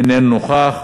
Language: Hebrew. איננו נוכח,